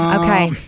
Okay